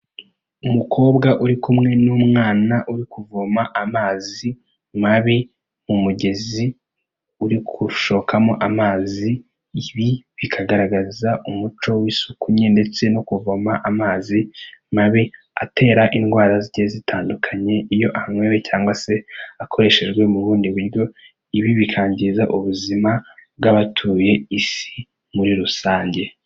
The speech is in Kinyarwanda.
Umukobwa uri kumwe n'umwana uri kuvoma amazi mabi mu mugezi, uri gushokamo amazi, ibi bikagaragaza umuco w'isuku nke ndetse no kuvoma amazi mabi atera indwara zigiye zitandukanye, iyo anyowe cyangwa se akoreshejwe mu bundi buryo. Ibi bikangiza ubuzima bw'abatuye isi muri rusange.